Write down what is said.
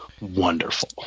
wonderful